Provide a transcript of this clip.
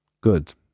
good